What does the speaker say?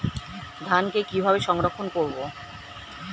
ধানকে কিভাবে সংরক্ষণ করব?